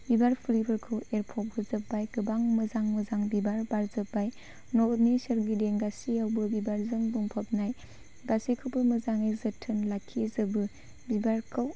बिबार फुलिफोरखौ एरफबहोजोब्बाय गोबां मोजां मोजां बिबार बारजोबबाय न'नि सोरगिदिं गासैयावबो बिबारजों बुंफबनाय गासैखौबो मोजाङै जोथोन लाखिजोबो बिबारखौ